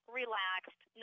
relaxed